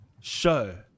show